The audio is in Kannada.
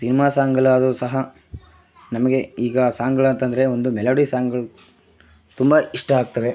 ಸಿನಿಮಾ ಸಾಂಗ್ಗಳಾದ್ರು ಸಹ ನಮಗೆ ಈಗ ಸಾಂಗ್ಗಳಂತಂದ್ರೆ ಒಂದು ಮೆಲೋಡಿ ಸಾಂಗ್ಗಳು ತುಂಬ ಇಷ್ಟ ಆಗ್ತವೆ